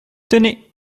tenez